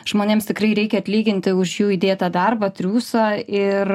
žmonėms tikrai reikia atlyginti už jų įdėtą darbą triūsą ir